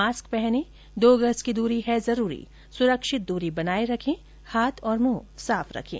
mask पहनें दो गज की दूरी है जरूरी सुरक्षित दूरी बनाए रखें हाथ और मुंह साफ रखें